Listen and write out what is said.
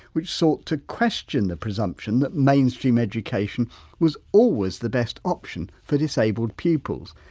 which sought to question the presumption that mainstream education was always the best option for disabled pupils.